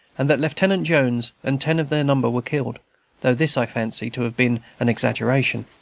and that lieutenant jones and ten of their number were killed though this i fancy to have been an exaggeration.